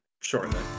shortly